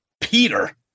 peter